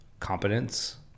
Competence